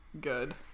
good